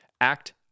Act